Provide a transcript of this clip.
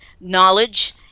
knowledge